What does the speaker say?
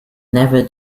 never